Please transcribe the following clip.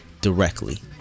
directly